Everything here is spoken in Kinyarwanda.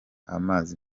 amazi